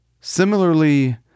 Similarly